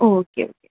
okay okay